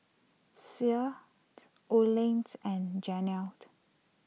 Olen's and Janel